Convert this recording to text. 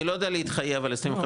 אני לא יודע להתחייב על 25-26,